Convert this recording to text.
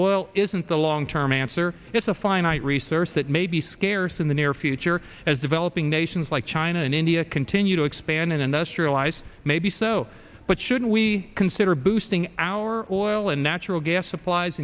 oil isn't the long term answer it's a finite resource that may be scarce in the near future as developing nations like china and india continue to expand in the serialize maybe so but should we consider boosting our oil and natural gas supplies